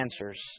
answers